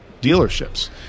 dealerships